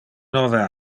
nove